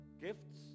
gifts